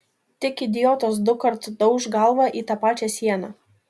tik idiotas dukart dauš galvą į tą pačią sieną